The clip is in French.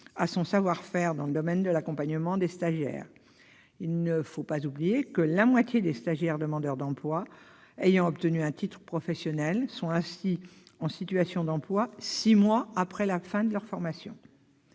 à son savoir-faire dans le domaine de l'accompagnement des stagiaires. Il ne faut pas oublier que la moitié des stagiaires demandeurs d'emploi ayant obtenu un titre professionnel sont en situation d'emploi six mois après la fin de leur formation.